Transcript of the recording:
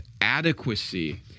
adequacy